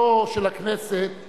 לא של הכנסת,